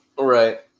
right